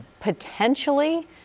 potentially